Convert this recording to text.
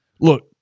look